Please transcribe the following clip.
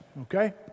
okay